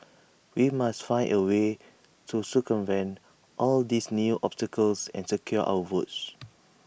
we must find A way to circumvent all these new obstacles and secure our votes